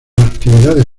actividades